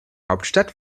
hauptstadt